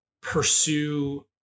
pursue